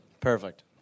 Perfect